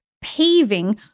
paving